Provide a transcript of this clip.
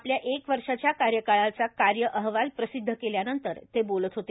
आपल्या एक वर्षाच्या कार्यकाळाचा कार्य अहवाल प्रसिदध केल्या नंतर ते बोलत होते